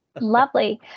lovely